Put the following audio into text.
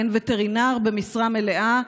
אין וטרינר במשרה מלאה,